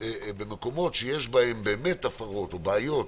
במקומות שיש בהם באמת הפרות או בעיות,